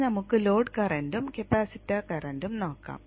ഇനി നമുക്ക് ലോഡ് കറന്റും കപ്പാസിറ്റർ കറന്റും നോക്കാം